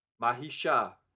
Mahisha